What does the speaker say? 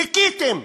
דיכאתם,